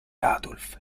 adolf